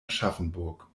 aschaffenburg